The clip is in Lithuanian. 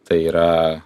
tai yra